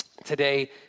today